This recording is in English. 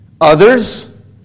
Others